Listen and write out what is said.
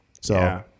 So-